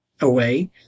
away